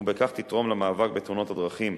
ובכך תתרום למאבק בתאונות הדרכים.